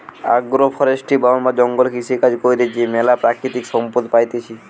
agro forestry বা বন জঙ্গলে কৃষিকাজ কইরে যে ম্যালা প্রাকৃতিক সম্পদ পাইতেছি